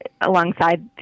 alongside